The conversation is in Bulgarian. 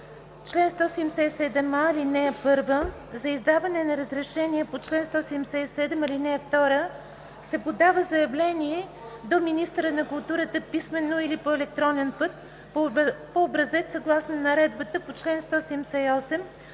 „Чл. 177а. (1) За издаване на разрешение по чл. 177, ал. 2 се подава заявление до министъра на културата, писмено или по електронен път, по образец съгласно наредбата по чл. 178.